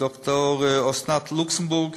ד"ר אסנת לוקסנבורג